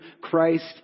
Christ